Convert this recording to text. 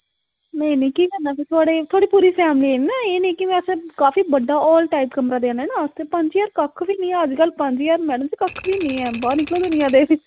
नेईं नेईं केह् करना फिर तुआढ़ी पूरी फौमली आई जानी एह् निं लेकिन अस काफी बड्डा हाल टाइप कमरा देआ करने आं ते पंज ज्हार कक्ख बी निं ऐ अजकल्ल पंज ज्हार कक्ख बी निं ऐ मैडम जी कक्ख बी ऐ निं ऐ बाह्र निकलै दुनियां दे